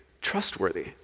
trustworthy